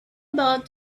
about